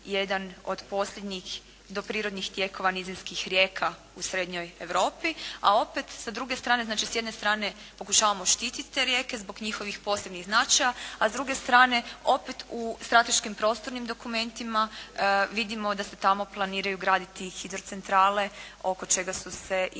jedan od posljednjih doprirodnih tijekova nizinskih rijeka u Srednjoj Europi. A opet sa druge strane, znači s jedne strane pokušavamo štititi te rijeke zbog njihovih posebnih značaja a s druge strane opet u strateškim prostornim dokumentima vidimo da se tamo planiraju graditi i hidrocentrale oko čega su se i